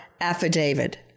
affidavit